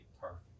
perfect